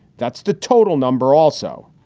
that's the total number also.